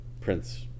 Prince